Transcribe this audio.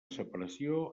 separació